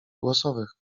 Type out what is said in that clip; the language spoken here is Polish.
głosowych